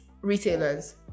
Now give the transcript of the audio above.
retailers